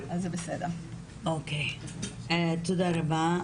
תודה רבה.